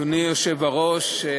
אדוני היושב-ראש,